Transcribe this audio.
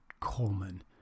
Coleman